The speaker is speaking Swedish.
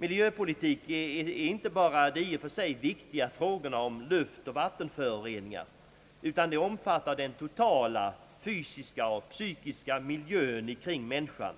Miljöpolitik är inte bara de i och för sig viktiga frågorna om luftoch vattenföroreningar utan omfattar den totala fysiska och psykiska miljön kring människan.